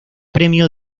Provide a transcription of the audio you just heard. premio